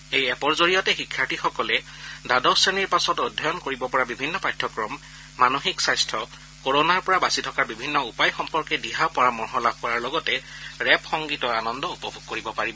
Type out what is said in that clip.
এই এপৰ জৰিয়তে শিক্ষাৰ্থীসকলে দ্বাদশ শ্ৰেণীৰ পাছত অধ্যয়ন কৰিব পৰা বিভিন্ন পাঠ্যক্ৰম মানসিক স্বাস্থ্য কোৰোনাৰ পৰা বাছি থকাৰ বিভিন্ন উপায় সম্পৰ্কে দিহা পৰামৰ্শ লাভ কৰাৰ লগতে ৰেপ সংগীতৰ আনন্দ উপভোগ কৰিব পাৰিব